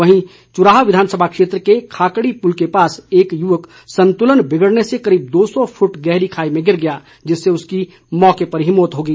वहीं चुराह विधानसभा क्षेत्र के खाकड़ी पुल के पास एक युवक संतुलन बिगडने से करीब दो सौ फुट गहरी खाई में गिर गया जिससे उसकी मौके पर ही मौत हो गई